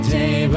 day